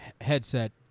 headset